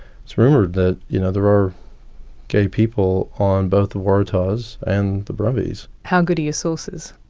it's rumoured that you know there are gay people on both the waratahs and the brumbies. how good are your sources?